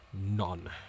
none